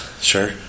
Sure